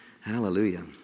Hallelujah